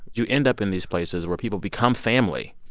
you end up in these places where people become family.